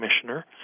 commissioner